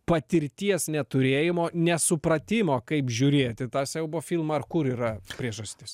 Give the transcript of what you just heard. patirties neturėjimo nesupratimo kaip žiūrėti tą siaubo filmą ar kur yra priežastis